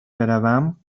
بروم